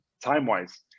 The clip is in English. time-wise